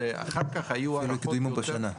אחר כך היו הערכות --- אפילו הקדימו בשנה.